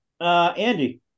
Andy